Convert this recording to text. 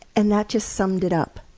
and that just summed it up.